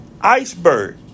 iceberg